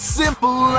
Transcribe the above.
simple